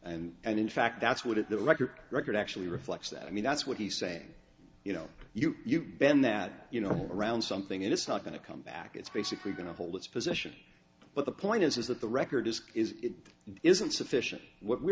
and and in fact that's what at the record record actually reflects that i mean that's what he's saying you know you you bend that you know around something and it's not going to come back it's basically going to hold its position but the point is is that the record is is isn't sufficient what we